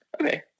Okay